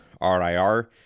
RIR